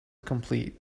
complete